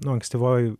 nu ankstyvoj